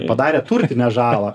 padarė turtinę žalą